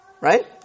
Right